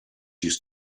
used